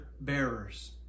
bearers